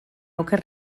oker